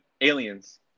aliens